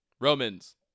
Romans